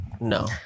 No